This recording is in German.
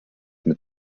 mit